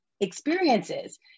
experiences